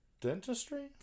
Dentistry